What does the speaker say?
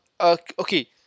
okay